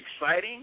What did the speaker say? exciting